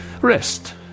Rest